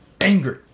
angry